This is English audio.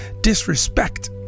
disrespect